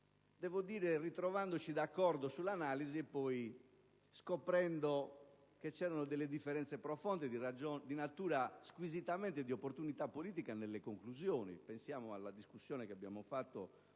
quest'Aula, trovandoci d'accordo sull'analisi per poi scoprire che vi erano delle differenze profonde squisitamente di opportunità politica nelle conclusioni. Basti pensare alla discussione che abbiamo fatto